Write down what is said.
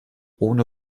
ohne